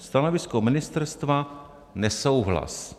Stanovisko ministerstva: nesouhlas.